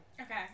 Okay